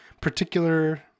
particular